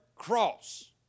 Cross